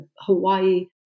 Hawaii